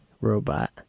robot